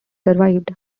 survived